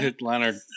Leonard